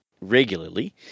regularly